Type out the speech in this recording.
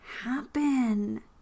happen